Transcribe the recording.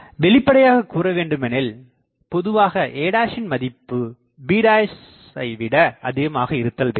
வெளிப்படையாகக் கூறவேண்டுமெனில் பொதுவாக a இன் மதிப்பு bஐ விட அதிகமாக இருத்தல்வேண்டும்